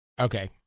Okay